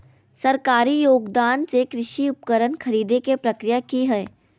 सरकारी योगदान से कृषि उपकरण खरीदे के प्रक्रिया की हय?